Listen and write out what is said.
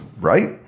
right